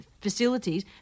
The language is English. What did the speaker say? facilities